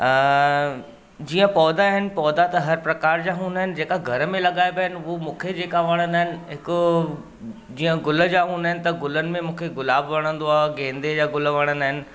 अ जीअं पौधा आहिनि पौधा त हर प्रकार जा हूंदा आहिनि जेका घर में लॻाइबा आहिनि हूअ मूंखे जेका वणंदा आहिनि हिकु जीअं गुल जा हूंदा आहिनि त गुलनि में मूंखे गुलाब वणंदो आहे गेंदे जा गुल वणंदा आहिनि